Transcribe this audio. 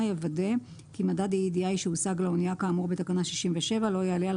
יוודא כי מדד EEDI שהוגש לאנייה כאמור בתקנה 67 לא יעלה על